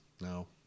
No